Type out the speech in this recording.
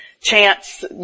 chance